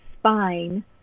spine